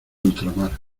ultramar